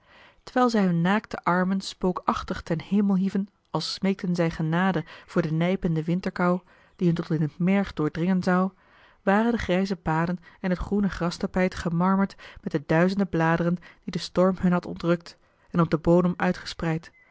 terwijl zij hun naakte armen spookachtig ten hemel hieven als smeekten zij genade voor de nijpende wintermarcellus emants een drietal novellen kou die hun tot in het merg doordringen zou waren de grijze paden en het groene grastapijt gemarmerd met de duizenden bladeren die de storm hun had ontrukt en op den bodem